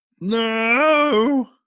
No